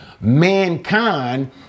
mankind